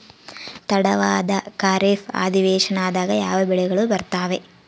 ತಡವಾದ ಖಾರೇಫ್ ಅಧಿವೇಶನದಾಗ ಯಾವ ಬೆಳೆಗಳು ಬರ್ತಾವೆ?